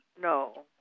No